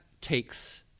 takes